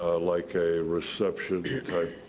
ah like a reception type